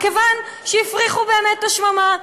מכיוון שהפריחו באמת את השממה.